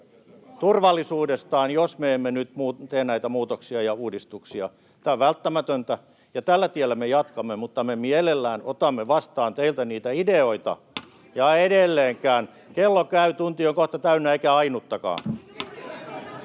turvallisuudestaan, jos me emme nyt tee näitä muutoksia ja uudistuksia. Tämä on välttämätöntä, ja tällä tiellä me jatkamme, mutta me mielellämme otamme vastaan teiltä niitä ideoita, ja edelleenkään — kello käy, tunti on kohta täynnä — ei ainuttakaan.